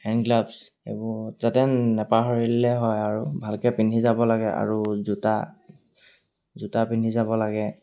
hand gloves এইবোৰ যাতে নেপাহৰিলে হয় আৰু ভালকে পিন্ধি যাব লাগে আৰু জোতা জোতা পিন্ধি যাব লাগে